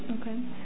Okay